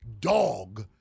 dog